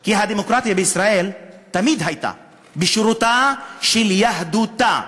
כי הדמוקרטיה בישראל תמיד הייתה בשירותה של יהדותה,